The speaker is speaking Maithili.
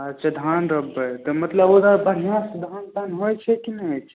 अच्छा धान रोपबै तऽ मतलब ओहिमे बढ़िऑंसँ धान तान होइ छै कि नहि होइ छै